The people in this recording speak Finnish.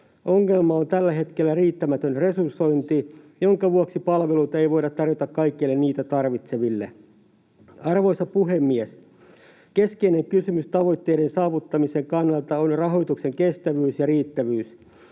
Ongelma on tällä hetkellä riittämätön resursointi, jonka vuoksi palveluita ei voida tarjota kaikille niitä tarvitseville. Arvoisa puhemies! Keskeinen kysymys tavoitteiden saavuttamisen kannalta on rahoituksen kestävyys ja riittävyys.